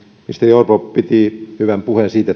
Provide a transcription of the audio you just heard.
ministeri orpo piti hyvän puheen siitä